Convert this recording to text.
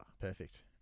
Perfect